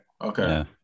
Okay